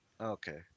Okay